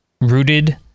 rooted